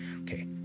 Okay